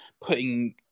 putting